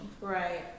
right